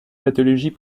pathologie